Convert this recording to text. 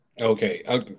Okay